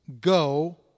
go